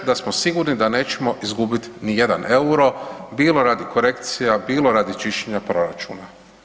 Da smo sigurni da nećemo izgubit nijedan euro, bilo radi korekcija, bilo radi čišćenja proračuna.